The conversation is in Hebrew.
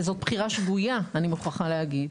וזאת בחירה שגויה אני מוכרחה להגיד.